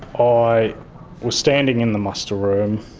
i was standing in the muster room.